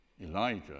Elijah